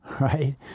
right